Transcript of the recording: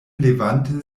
levante